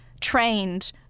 trained